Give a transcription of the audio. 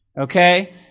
okay